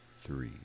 three